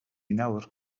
nawr